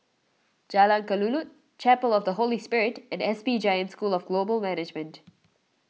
Jalan Kelulut Chapel of the Holy Spirit and S P Jain School of Global Management